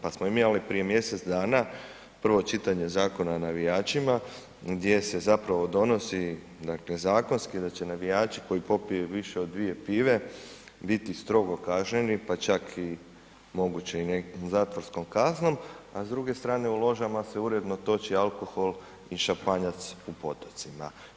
Pa smo i mi imali prije mjesec dana prvo čitanje Zakona o navijačima gdje se zapravo donosi dakle zakonski da će navijači koji popiju više od 2 pive biti strogo kažnjeni, pa čak moguće i zatvorskom kaznom, a s druge strane u ložama se uredno toči alkohol i šampanjac u potocima.